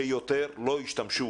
שיותר לא השתמשו